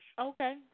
Okay